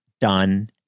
done